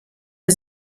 der